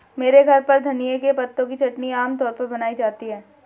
मेरे घर पर धनिए के पत्तों की चटनी आम तौर पर बनाई जाती है